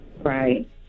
Right